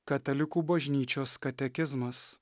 katalikų bažnyčios katekizmas